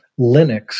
Linux